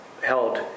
held